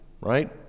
right